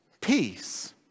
Peace